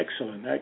excellent